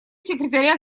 секретаря